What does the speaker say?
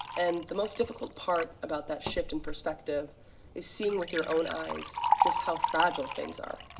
and the most difficult part about that shift in perspective is seeing with your own eyes just how fragile things are.